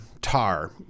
Tar